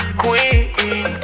queen